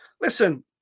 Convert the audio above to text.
Listen